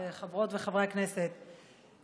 חברות וחברי הכנסת,